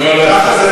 ככה זה,